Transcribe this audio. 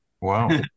wow